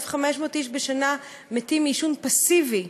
1,500 איש בשנה מתים מעישון פסיבי,